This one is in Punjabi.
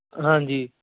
ਹਾਂਜੀ